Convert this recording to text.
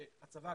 שהצבא,